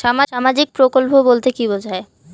সামাজিক প্রকল্প বলতে কি বোঝায়?